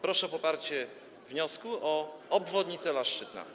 Proszę o poparcie wniosku o obwodnicę dla Szczytna.